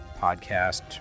podcast